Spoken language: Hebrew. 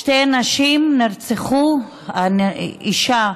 שתי נשים נרצחו, האישה